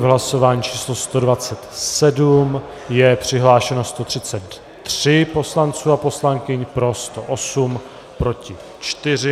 V hlasování číslo 127 je přihlášeno 133 poslanců a poslankyň, pro 108, proti 4.